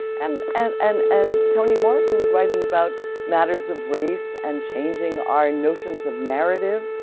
and and and and toni morrison was writing about matters of race and changing our notions of narrative,